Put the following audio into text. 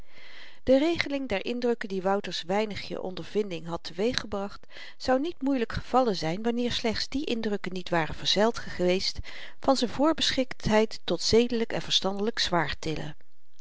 de regeling der indrukken die wouter's weinigje ondervinding had te-weeg gebracht zou niet moeielyk gevallen zyn wanneer slechts die indrukken niet waren vergezeld geweest van z'n voorbeschiktheid tot zedelyk en verstandelyk